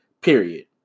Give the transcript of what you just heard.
Period